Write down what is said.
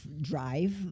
drive